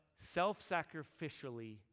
self-sacrificially